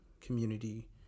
community